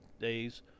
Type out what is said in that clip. days